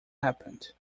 happened